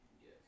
Yes